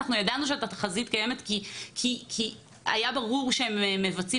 ידענו שהתחזית קיימת כי היה ברור שהם מבצעים